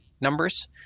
numbers